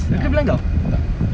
ah tak